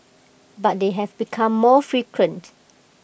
but they have become more frequent